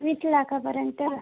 वीस लाखापर्यंत